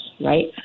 right